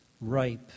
ripe